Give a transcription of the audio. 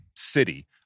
City